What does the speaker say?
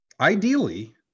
Ideally